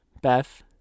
Beth